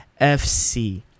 FC